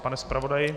Pane zpravodaji?